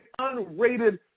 unrated